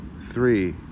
three